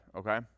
okay